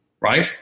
right